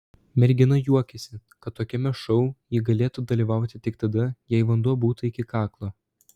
mergina juokėsi kad tokiame šou ji galėtų dalyvauti tik tada jei vanduo būtų iki kaklo